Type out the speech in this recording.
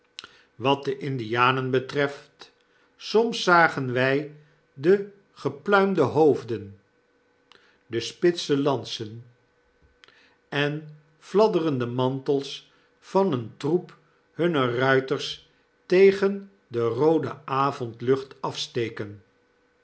wat de indianen betreft soms zagen wy de ge pluimde hoofden de spitse lansen en fladderende mantels van een troep hunner ruiters tegen de roode avondlucht afsteken